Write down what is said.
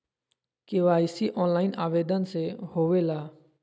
KYC online आवेदन से होवे ला?